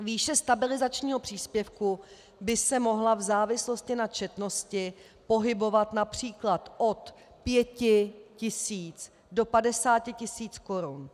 Výše stabilizačního příspěvku by se mohla v závislosti na četnosti pohybovat například od 5 tisíc do 50 tisíc korun.